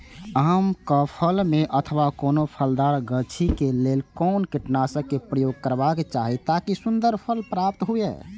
आम क फल में अथवा कोनो फलदार गाछि क लेल कोन कीटनाशक प्रयोग करबाक चाही ताकि सुन्दर फल प्राप्त हुऐ?